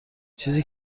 چیزی